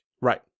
Right